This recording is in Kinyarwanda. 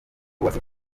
uwase